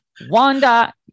Wanda